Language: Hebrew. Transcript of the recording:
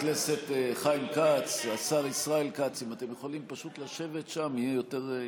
לשבת שם, יהיה יותר פשוט,